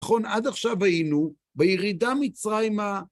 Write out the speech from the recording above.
נכון עד עכשיו היינו, בירידה מצרימה...